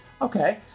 Okay